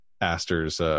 Aster's